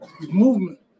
Movement